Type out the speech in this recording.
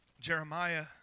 Jeremiah